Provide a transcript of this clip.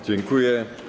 Dziękuję.